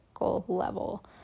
level